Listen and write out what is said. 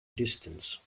distance